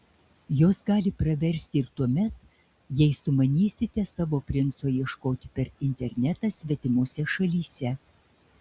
jos gali praversti ir tuomet jei sumanysite savo princo ieškoti per internetą svetimose šalyse